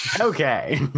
Okay